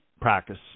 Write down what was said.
practice